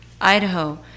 Idaho